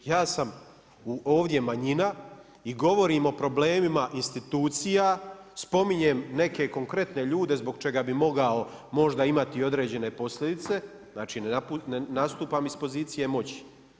Ja sam ovdje manjina i govorim o problemima institucija, spominjem neke konkretne ljude zbog čega bi mogao možda imati i određene posljedice, znači ne nastupam iz pozicije moći.